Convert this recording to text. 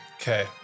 Okay